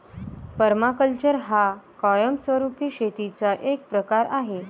permaculture हा कायमस्वरूपी शेतीचा एक प्रकार आहे